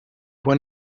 when